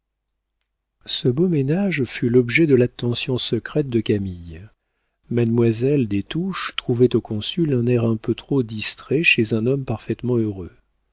ce beau ménage fut l'objet de l'attention secrète de camille mademoiselle des touches trouvait au consul un air un peu trop distrait chez un homme parfaitement heureux